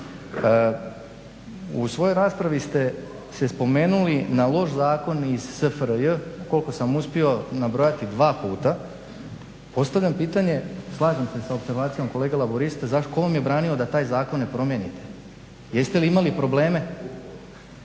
u svojoj raspravi ste se spomenuli na loš zakon iz SFRJ koliko sam uspio nabrojati dva puta. Postavljam pitanje, slažem se s opservacijom kolega laburista, tko vam je branio da taj zakon ne promijenite? Jeste li imali probleme?